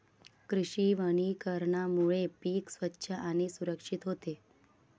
कृषी वनीकरणामुळे पीक स्वच्छ आणि सुरक्षित होते